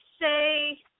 say